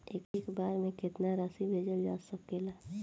एक बार में केतना राशि भेजल जा सकेला?